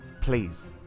please